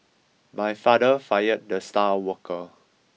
my father fired the star worker